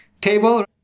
table